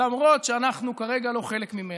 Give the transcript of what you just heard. למרות שאנחנו כרגע לא חלק ממנה.